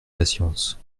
patience